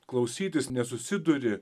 klausytis nesusiduri